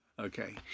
Okay